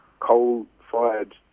Coal-fired